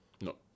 No